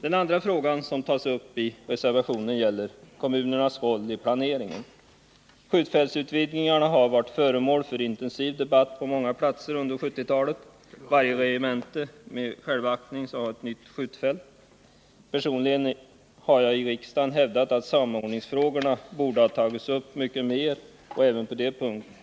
Den andra frågan som tas upp i reservationen gäller kommunernas roll i planeringen. Skjutfältsutvidgningarna har varit föremål för intensiv debatt på många platser under 1970-talet. Varje regemente med självaktning skulle ha ett nytt skjutfält. Personligen har jag i riksdagen hävdat att samordningsfrågorna borde tagits upp mycket mer, och även på